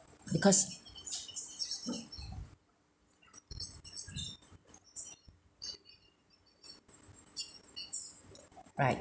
because right